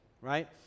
right